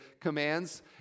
commands